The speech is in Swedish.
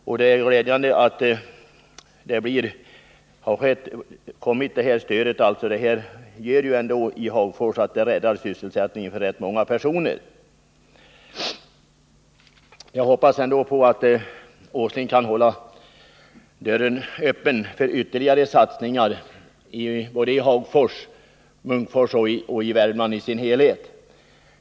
Det är också glädjande att detta stöd har kommit till Hagfors. Det räddar sysselsättningen för rätt många personer. Jag hoppas att Nils Åsling kan hålla dörren öppen för ytterligare satsningar såväl i Hagfors och Munkfors som i Värmland i dess helhet.